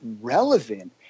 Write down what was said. relevant